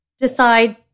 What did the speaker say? decide